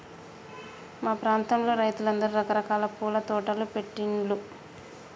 మా ప్రాంతంలో రైతులందరూ రకరకాల పూల తోటలు పెట్టిన్లు